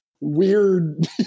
weird